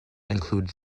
include